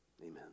amen